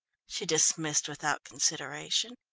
she dismissed without consideration.